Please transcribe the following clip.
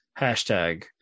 hashtag